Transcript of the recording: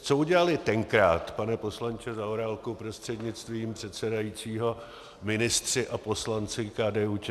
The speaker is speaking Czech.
Co udělali tenkrát, pane poslanče Zaorálku prostřednictvím předsedajícího, ministři a poslanci KDUČSL?